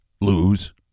lose